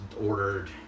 ordered